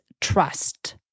trust